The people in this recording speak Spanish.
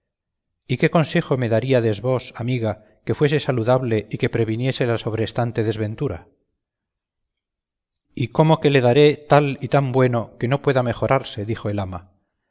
y qué consejo me daríades vos amiga que fuese saludable y que previniese la sobrestante desventura y cómo que le daré tal y tan bueno que no pueda mejorarse dijo el ama